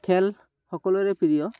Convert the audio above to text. খেল সকলোৰে প্ৰিয়